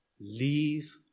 leave